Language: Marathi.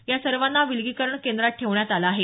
या सर्वांना विलगीकरण केंद्रात ठेवण्यात आलं आहे